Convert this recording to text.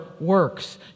works